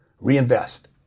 Reinvest